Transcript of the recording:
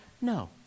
No